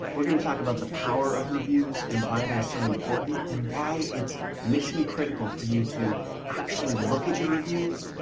we're going to talk about the power of reviews and why they're so important and why it's mission critical for you to actually look at your reviews,